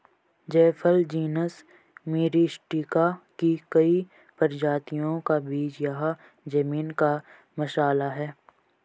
जायफल genus Myristica की कई प्रजातियों का बीज या जमीन का मसाला है